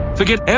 forget